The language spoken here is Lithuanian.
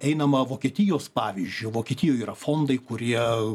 einama vokietijos pavyzdžiu vokietijoj yra fondai kurie